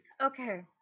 Okay